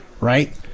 Right